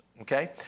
okay